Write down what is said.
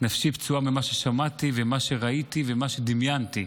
נפשי פצועה ממה ששמעתי, ממה שראיתי ומה שדמיינתי.